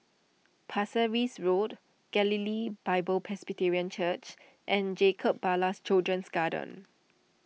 Pasir Ris Road Galilee Bible Presbyterian Church and Jacob Ballas Children's Garden